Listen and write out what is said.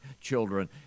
children